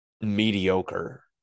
mediocre